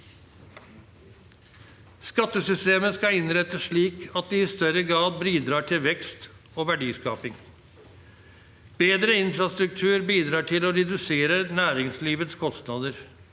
Skattesystemet skal innrettes slik at det i større grad bidrar til vekst og verdiskaping. Bedre infrastruktur bidrar til å redusere næringslivets kostnader.